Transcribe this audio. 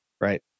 Right